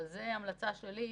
אבל זאת המלצה שלי.